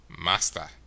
Master